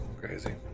Crazy